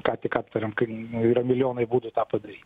ką tik aptarėm kai yra milijonai būdų tą padaryt